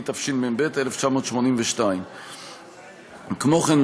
התשמ"ב 1982. כמו כן,